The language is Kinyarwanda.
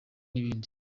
n’ibindi